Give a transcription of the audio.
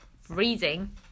freezing